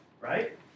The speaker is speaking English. right